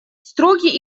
строгий